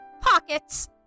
pockets